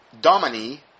Domini